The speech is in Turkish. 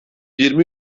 yirmi